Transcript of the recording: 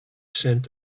scent